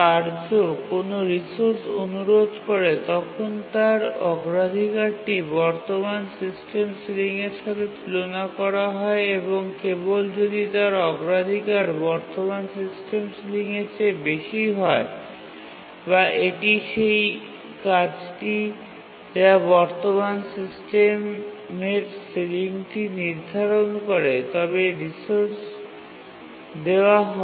কার্য কোনও রিসোর্স অনুরোধ করে তখন তার অগ্রাধিকারটি বর্তমান সিস্টেম সিলিংয়ের সাথে তুলনা করা হয় এবং কেবল যদি তার অগ্রাধিকার বর্তমান সিস্টেম সিলিংয়ের চেয়ে বেশি হয় বা এটি সেই কাজটি যা বর্তমান সিস্টেমের সিলিংটি নির্ধারণ করে তবে রিসোর্স দেওয়া হয়